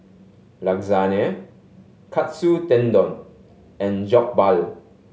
Lasagne Katsu Tendon and Jokbal